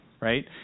right